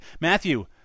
Matthew